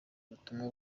ubutumwa